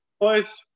boys